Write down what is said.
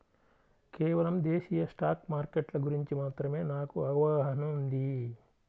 కేవలం దేశీయ స్టాక్ మార్కెట్ల గురించి మాత్రమే నాకు అవగాహనా ఉంది